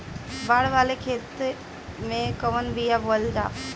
बाड़ वाले खेते मे कवन बिया बोआल जा?